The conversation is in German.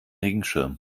regenschirm